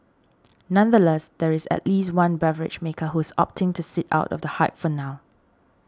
nonetheless there is at least one beverage maker who is opting to sit out of the hype for now